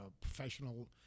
professional